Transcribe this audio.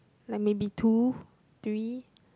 like maybe two three